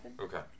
Okay